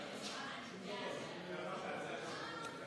להצעה לסדר-היום ולהעביר את הנושא לוועדת הבריאות נתקבלה.